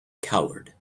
coward